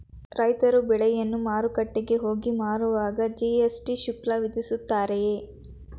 ರೈತರು ಬೆಳೆಯನ್ನು ಮಾರುಕಟ್ಟೆಗೆ ಹೋಗಿ ಮಾರುವಾಗ ಜಿ.ಎಸ್.ಟಿ ಶುಲ್ಕ ವಿಧಿಸುತ್ತಾರೆಯೇ?